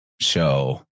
show